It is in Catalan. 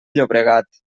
llobregat